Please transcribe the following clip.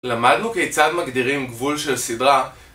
למדנו כיצד מגדירים גבול של סדרה